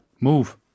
Move